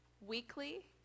weekly